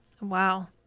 Wow